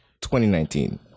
2019